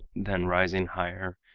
then rising higher,